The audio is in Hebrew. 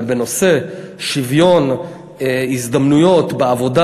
אבל בנושא שוויון הזדמנויות בעבודה